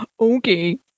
Okay